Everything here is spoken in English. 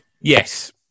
Yes